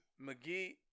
McGee